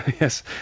Yes